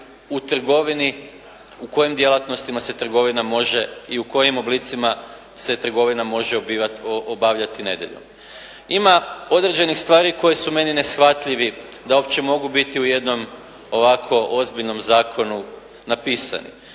u kojim djelatnostima se trgovina može i u kojim oblicima se trgovina može obavljati nedjeljom. Ima određenih stvari koje su meni neshvatljivi da uopće mogu biti u jednom ovako ozbiljnom zakonu napisani.